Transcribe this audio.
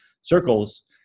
circles